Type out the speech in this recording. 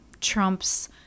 trump's